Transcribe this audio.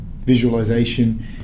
visualization